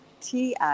TI